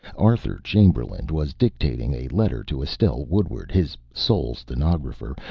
arthur chamberlain was dictating a letter to estelle woodward, his sole stenographer.